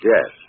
Yes